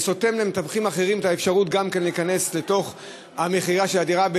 זה סותם למתווכים אחרים את האפשרות גם כן להיכנס למכירה של הדירה.